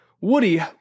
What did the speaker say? Woody